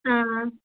ஆஆ